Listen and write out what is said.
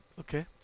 Okay